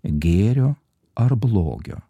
gėrio ar blogio